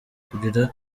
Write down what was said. kurira